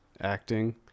acting